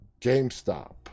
GameStop